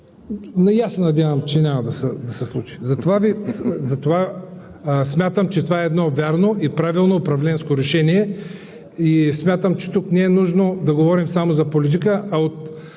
аз се надявам, че няма да се случи. Затова смятам, че това е едно вярно и правилно управленско решение. Тук не е нужно да говорим само за политика, а от